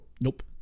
Nope